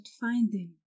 finding